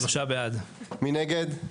במיוחד,